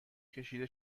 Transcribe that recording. کشیده